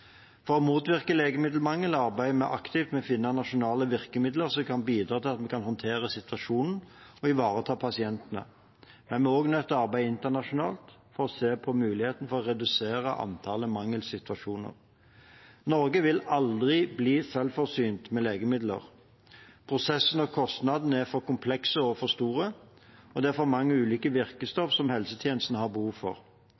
For å motvirke legemiddelmangel arbeider vi aktivt med å finne nasjonale virkemidler som kan bidra til at vi kan håndtere situasjonen og ivareta pasientene. Men vi er også nødt til å arbeide internasjonalt for å se på muligheten for å redusere antallet mangelsituasjoner. Norge vil aldri bli selvforsynt med legemidler. Prosessene og kostnadene er for komplekse og for store, og det er for mange ulike